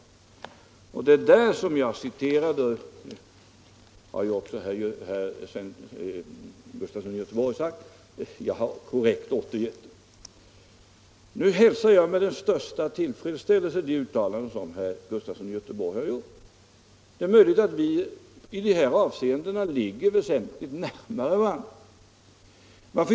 Det var i det sammanhanget som jag citerade herr Helén, och herr Gustafson i Göteborg har ju också sagt att det var en korrekt återgivning. Nu hälsar jag med den största tillfredsställelse det uttalande som herr Gustafson i Göteborg har gjort. Det är möjligt att vi i dessa avseenden står väsentligt närmare varandra.